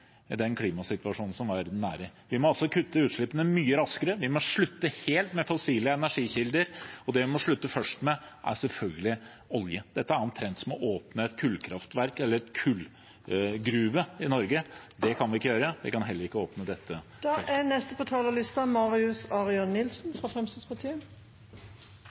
den klimasituasjonen som er nære. Vi må altså kutte utslippene mye raskere, vi må slutte helt med fossile energikilder, og det vi må slutte først med, er selvfølgelig olje. Dette er omtrent som å åpne et kullkraftverk eller en kullgruve i Norge. Det kan vi ikke gjøre, og vi kan heller ikke åpne dette. Det som er